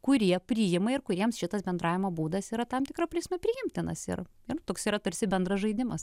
kurie priima ir kuriems šitas bendravimo būdas yra tam tikra prasme priimtinas ir ir toks yra tarsi bendras žaidimas